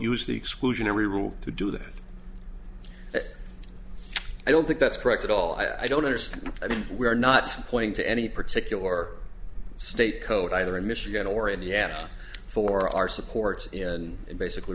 use the exclusionary rule to do that i don't think that's correct at all i don't understand i mean we're not playing to any particular state code either in michigan or indiana for our supports in and basically